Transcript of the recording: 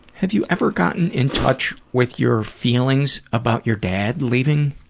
have you ever gotten in touch with your feelings about your dad leaving?